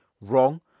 wrong